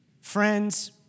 Friends